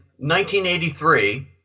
1983